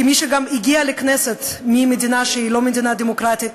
כמי שגם הגיעה לכנסת ממדינה שהיא לא מדינה דמוקרטית